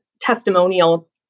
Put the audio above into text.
testimonial